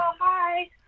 Hi